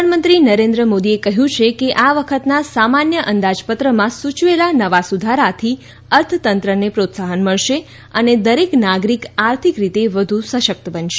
પ્રધાનમંત્રી નરેન્દ્ર મોદીએ કહ્યું છે કે આ વખતના સામાન્ય અંદાજપત્રમાં સૂચવેલા નવાં સુધારાથી અર્થતંત્રને પ્રોત્સાહન મળશે અને દરેક નાગરિક આર્થિક રીતે વધુ સશક્ત બનશે